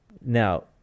Now